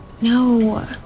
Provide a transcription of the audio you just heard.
No